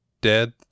dead